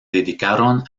dedicaron